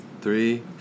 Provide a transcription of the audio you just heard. three